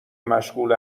مشغول